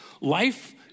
Life